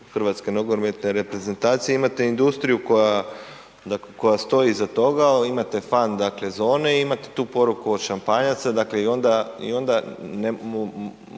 Hrvatske nogometne reprezentacije, imate industriju koja stoji iza toga, imate fan zone, imate tu poruku od šampanjaca i onda